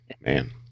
Man